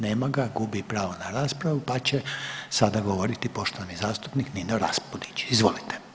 Nema ga, gubi pravo na raspravu pa će sada govoriti poštovani zastupnik Nino Raspudić, izvolite.